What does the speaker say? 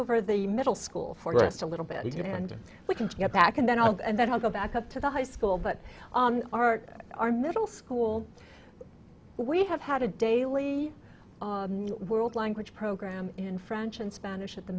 over the middle school for the last a little bit and we can get back and then i'll and then i'll go back up to the high school but art our middle school we have had a daily world language program in french and spanish at the